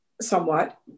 somewhat